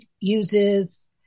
uses